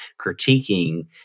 critiquing